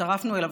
שהצטרפנו אליו,